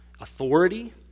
authority